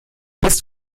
bist